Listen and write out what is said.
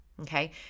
Okay